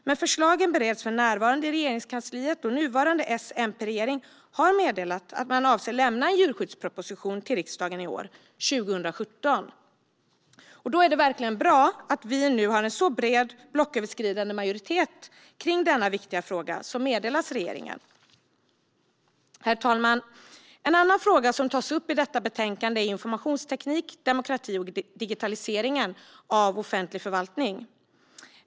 Men förslagen bereds för närvarande i Regeringskansliet, och nuvarande S-MP-regering har meddelat att man avser lämna en djurskyddsproposition till riksdagen i år, 2017. Då är det bra att vi har en så bred, blocköverskridande majoritet i denna viktiga fråga, som meddelas regeringen. Herr talman! En annan fråga som tas upp i betänkandet är informationsteknik, demokrati och digitalisering av offentlig förvaltning.